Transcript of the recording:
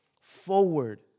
forward